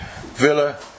Villa